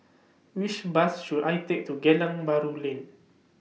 Which Bus should I Take to Geylang Bahru Lane